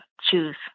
choose